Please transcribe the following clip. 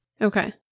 okay